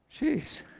Jeez